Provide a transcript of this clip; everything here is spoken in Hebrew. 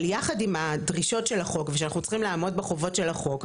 אבל יחד עם הדרישות של החוק ושאנחנו צריכים לעמוד בחובות של החוק,